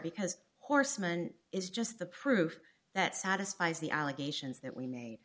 because horseman is just the proof that satisfies the allegations that we made